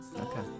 okay